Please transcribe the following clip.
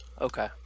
Okay